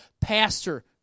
pastor